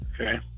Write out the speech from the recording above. okay